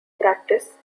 practice